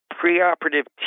preoperative